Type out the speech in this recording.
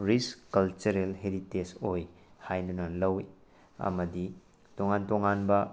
ꯔꯤꯁ cultural heritage ꯑꯣꯏ ꯍꯥꯏꯗꯨꯅ ꯂꯧꯏ ꯑꯃꯗꯤ ꯇꯣꯡꯉꯥꯟ ꯇꯣꯡꯉꯥꯟꯕ